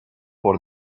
por